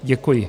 Děkuji.